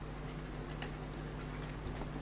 בבקשה.